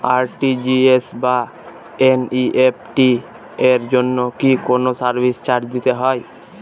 RTGS বা NEFT এর জন্য কি কোনো সার্ভিস চার্জ দিতে হয়?